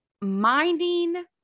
minding